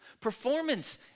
Performance